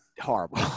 Horrible